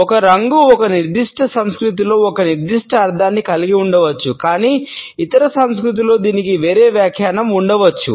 ఒక రంగు ఒక నిర్దిష్ట సంస్కృతిలో ఒక నిర్దిష్ట అర్ధాన్ని కలిగి ఉండవచ్చు కానీ ఇతర సంస్కృతిలో దీనికి వేరే వ్యాఖ్యానం ఉండవచ్చు